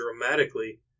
dramatically